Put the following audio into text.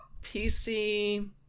PC